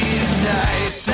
tonight